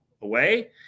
away